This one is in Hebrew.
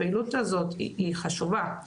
הפעילות הזאת היא חשובה,